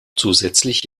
zusätzlich